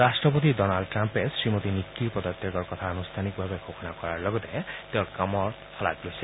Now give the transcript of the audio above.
ৰাট্টপতি ডনাল্ড ট্ৰাম্পে শ্ৰীমতী নীৱিৰ পদত্যাগৰ কথা আনুষ্ঠানিকভাৱে ঘোষণা কৰাৰ লগতে তেওঁৰ কামৰ শলাগ লৈছে